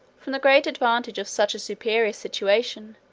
from the great advantage of such a superior situation,